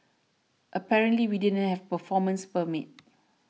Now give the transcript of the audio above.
apparently we didn't have performance permits